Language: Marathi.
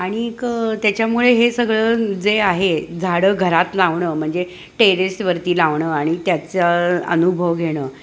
आणिक त्याच्यामुळे हे सगळं जे आहे झाडं घरात लावणं म्हणजे टेरेसवरती लावणं आणि त्याचा अनुभव घेणं